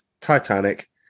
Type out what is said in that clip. Titanic